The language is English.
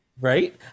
Right